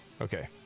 Okay